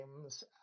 games